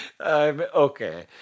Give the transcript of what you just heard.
Okay